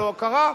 לא קרה,